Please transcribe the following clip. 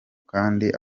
kandi